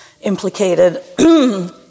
implicated